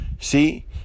See